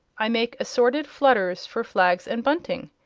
i make assorted flutters for flags and bunting,